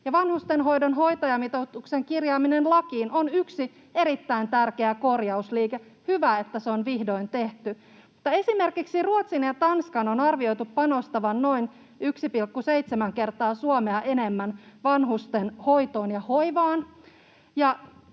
Vanhustenhoidon hoitajamitoituksen kirjaaminen lakiin on yksi erittäin tärkeä korjausliike. Hyvä, että se on vihdoin tehty, mutta esimerkiksi Ruotsin ja Tanskan on arvioitu panostavan noin 1,7 kertaa Suomea enemmän vanhusten hoitoon ja hoivaan.